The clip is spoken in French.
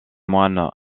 moines